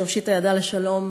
שהושיטה ידה לשלום,